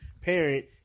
parent